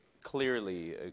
clearly